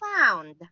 found